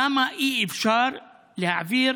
למה אי-אפשר להעביר